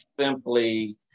simply